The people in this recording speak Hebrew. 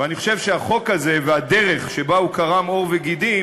ואני חושב שהחוק הזה והדרך שבה הוא קרם עור וגידים